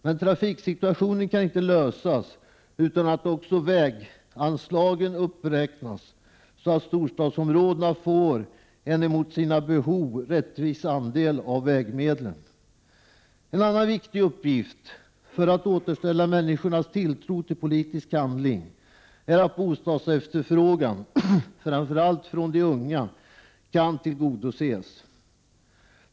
Men trafiksituationen kan inte förbättras utan att också väganslagen uppräknas så att storstadsområdena får en rättvis andel av vägmedlen som motsvarar deras behov. En annan viktig uppgift för att man skall kunna återställa människornas tilltro till politisk handling är att bostadsefterfrågan, framför allt från de unga, kan tillgodoses.